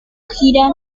gira